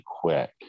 quick